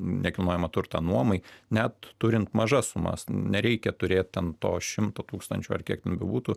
nekilnojamą turtą nuomai net turint mažas sumas nereikia turėt ten to šimto tūkstančių ar kiek ten bebūtų